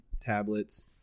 tablets